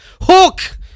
Hook